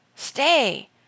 Stay